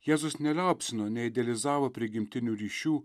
jėzus neliaupsino neidealizavo prigimtinių ryšių